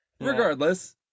Regardless